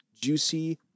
juicy